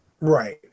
Right